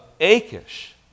Achish